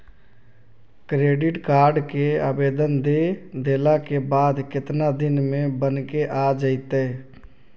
Credit card के आवेदन दे देला के बाद केतना दिन में बनके आ जइतै?